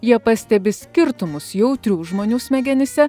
jie pastebi skirtumus jautrių žmonių smegenyse